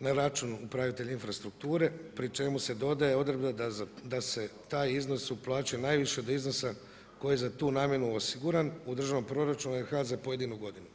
na račun upravitelja infrastrukture, pri čemu se dodaje odredba da se taj iznos uplaćuje najviše do iznosa koja je za tu namjenu osiguran u državnom proračunu … pojedinu godinu.